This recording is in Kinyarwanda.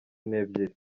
n’ebyiri